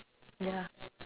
ya